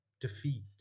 defeat